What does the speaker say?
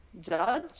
judge